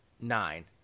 nine